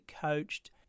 coached